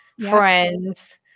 friends